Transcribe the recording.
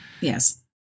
Yes